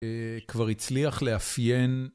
כבר הצליח לאפיין.